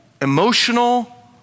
emotional